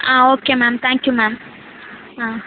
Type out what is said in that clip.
ah okay ma'am thank you ma'am ah